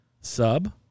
sub